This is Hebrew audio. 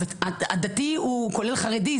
אז הדתי זה כולל חרדי.